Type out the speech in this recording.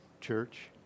church